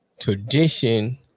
Tradition